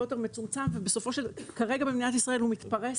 יותר מצומצם וכרגע במדינת ישראל הוא מתפרס